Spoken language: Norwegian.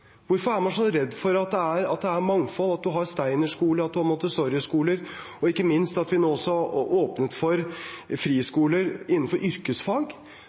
Hvorfor er man så redd for mangfold – at man har steinerskoler og montessoriskoler, og ikke minst at vi nå også har åpnet for friskoler innenfor yrkesfag,